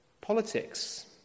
Politics